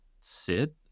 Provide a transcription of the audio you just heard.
sit